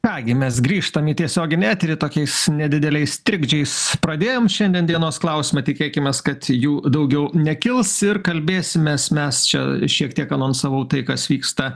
ką gi mes grįžtam į tiesioginį eterį tokiais nedideliais trikdžiais pradėjom šiandien dienos klausimą tikėkimės kad jų daugiau nekils ir kalbėsimės mes čia šiek tiek anonsavau tai kas vyksta